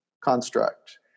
construct